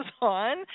on